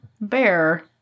bear